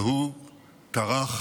והוא טרח